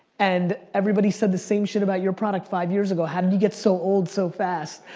and everybody said the same shit about your product five years ago, how did you get so old so fast?